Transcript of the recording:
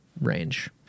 range